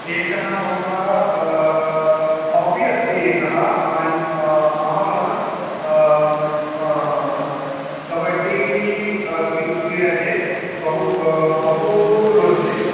एषः मम हाबि अस्ति एकः आन् अहं कबड्डी कि कीडितुं बहु बहु रोचते